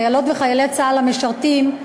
חיילות וחיילי צה"ל המשרתים,